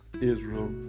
Israel